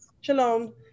shalom